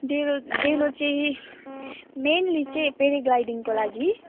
डेलो डेलो चाहिँ मेन्ली चाहिँ प्याराग्लाइडिङको लागि